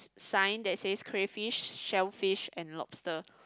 sign that says crayfish shellfish and lobster